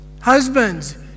Husbands